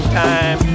time